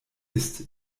ist